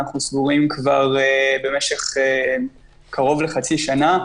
סגורים כבר במשך קרוב לחצי שנה.